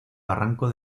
barranco